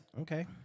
Okay